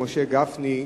משה גפני ושלי,